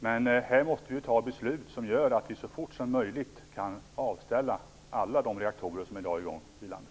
Men vi måste fatta beslut så att vi så fort som möjligt kan stänga alla de reaktorer som i dag är i gång i landet.